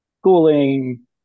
schooling